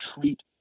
treat